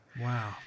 Wow